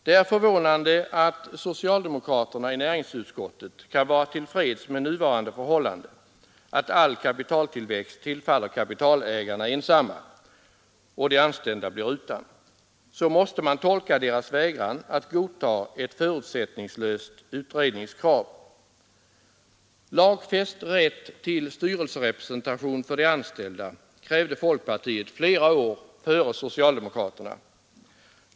Det är förvånande att socialdemokraterna i näringsutskottet kan vara till freds med nuvarande förhållande att all kapitaltillväxt tillfaller kapitalägarna ensamma och de anställda blir utan. Så måste man tolka deras vägran att godta ett förutsättningslöst utredningskrav. partiet flera år före socialdemokraterna.